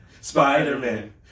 Spider-Man